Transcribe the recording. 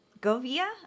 Govia